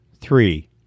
three